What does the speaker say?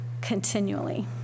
continually